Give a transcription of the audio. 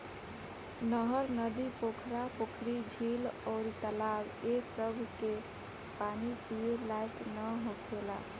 नहर, नदी, पोखरा, पोखरी, झील अउर तालाब ए सभ के पानी पिए लायक ना होखेला